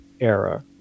era